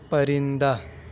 پرندہ